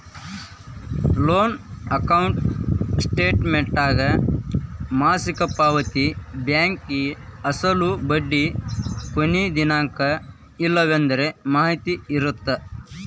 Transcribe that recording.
loan account ಸ್ಟೇಟಮೆಂಟ್ನ್ಯಾಗ ಮಾಸಿಕ ಪಾವತಿ ಬಾಕಿ ಅಸಲು ಬಡ್ಡಿ ಕೊನಿ ದಿನಾಂಕ ಇವೆಲ್ಲದರ ಮಾಹಿತಿ ಇರತ್ತ